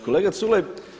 Kolega Culej.